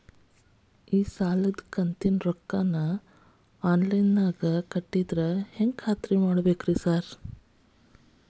ಈ ಸಾಲದ ಕಂತಿನ ರೊಕ್ಕನಾ ಆನ್ಲೈನ್ ನಾಗ ಕಟ್ಟಿದ್ರ ಹೆಂಗ್ ಖಾತ್ರಿ ಮಾಡ್ಬೇಕ್ರಿ ಸಾರ್?